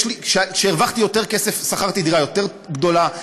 וכשהרווחתי יותר כסף שכרתי דירה יותר גדולה,